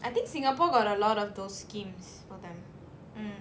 I think singapore got a lot of those schemes for them